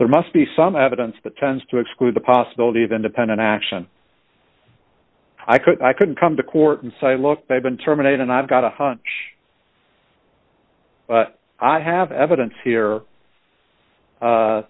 there must be some evidence that tends to exclude the possibility of independent action i could i could come to court and say look i've been terminated and i've got a hunch i have evidence here